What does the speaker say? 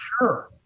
sure